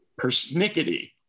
Persnickety